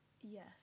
Yes